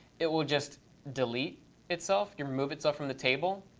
it will just delete itself, yeah remove itself from the table.